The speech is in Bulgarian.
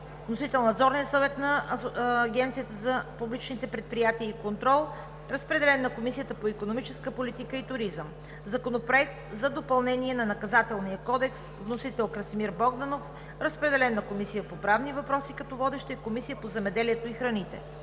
Вносител е Надзорният съвет на Агенцията за публичните предприятия и контрол. Разпределен е на Комисията по икономическа политика и туризъм. Законопроект за допълнение на Наказателния кодекс. Вносител е Красимир Богданов. Разпределен е на Комисията по правни въпроси като водеща и Комисията по земеделието и храните.